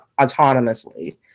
autonomously